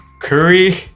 curry